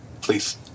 please